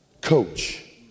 coach